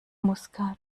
muskat